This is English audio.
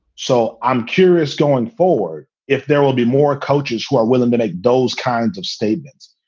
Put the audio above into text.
so i'm curious going forward if there will be more coaches who are willing to make those kinds of statements,